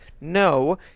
no